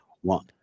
One